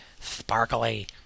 Sparkly